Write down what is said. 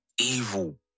evil